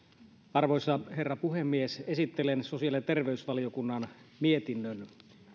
arvoisa herra puhemies esittelen sosiaali ja terveysvaliokunnan mietinnön